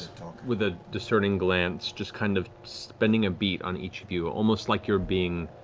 with a discerning glance, just kind of spending a beat on each of you, almost like you're being